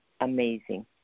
amazing